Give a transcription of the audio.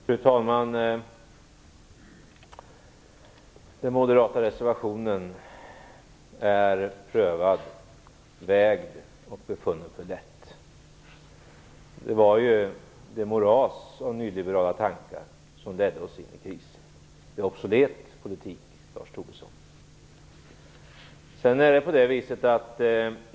Fru talman! Den moderata reservationen är prövad, vägd och befunnen för lätt. Det var ju moraset av nyliberala tankar som ledde oss in i krisen. Det är också politik, Lars Tobisson.